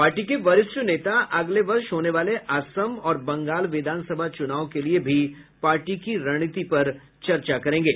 party के वरिष्ठ नेता अगले वर्ष होने वाले असम और बंगाल विधानसभा चुनाव के लिए भी पार्टी की रणनीति पर चर्चा करेंगे